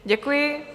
Děkuji.